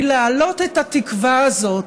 כי להעלות את התקווה הזאת,